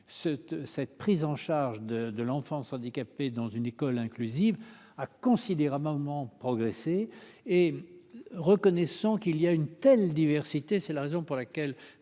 cette prise en charge de de l'enfance handicapée dans une école inclusive a considérablement progressé et reconnaissant qu'il y a une telle diversité, c'est la raison pour laquelle